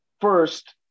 first